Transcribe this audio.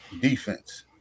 defense